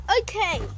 okay